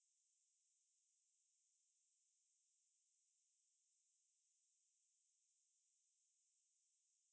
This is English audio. but then after that அதுவும் போகல:athuvum pokala lah like chin never give the car so I thought like don't want lah take train and all that